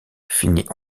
finit